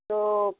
तो